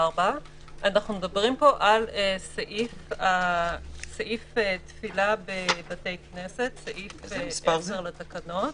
אלא על סעיף תפילה בבתי כנסת, סעיף 10 לתקנות,